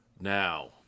now